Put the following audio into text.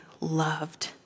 loved